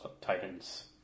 Titans